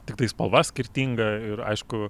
tiktai spalva skirtinga ir aišku